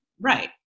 Right